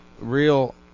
Real